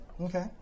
okay